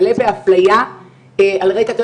מלא באפליה על רקע מחלה.